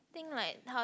think like how